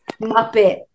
Muppet